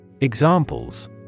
Examples